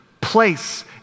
Place